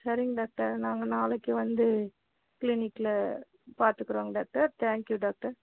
சரிங்க டாக்டர் நாங்கள் நாளைக்கி வந்து கிளீனிக்கில் பாத்துக்குறோங்க டாக்டர் தேங்க்யூ டாக்டர்